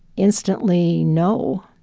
instantly no.